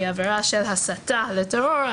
היא עבירה של הסתה לטרור,